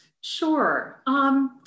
Sure